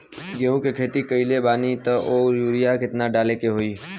गेहूं के खेती कइले बानी त वो में युरिया केतना डाले के होई?